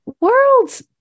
worlds